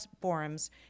forums